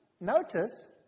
Notice